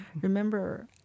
Remember